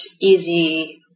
easy